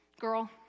girl